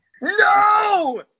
No